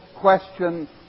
question